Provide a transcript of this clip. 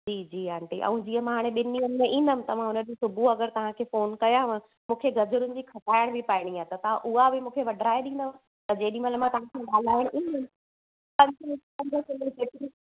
जी जी आंटी ऐं जीअं मां हाणे ॿिनि ॾींहंनि में ईंदमि त मां हुन ॾींहं सुबुह अगरि तव्हांखे फ़ोन कयांव मूंखे गजरुनि जी खटाइण बि पाइणी आहे त तव्हां मूंखे उहा बि वढाए ॾिंदव त जेॾी महिल मां तव्हां सां ॻाल्हाण ईंदमि